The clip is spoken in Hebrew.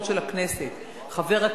חברי חברי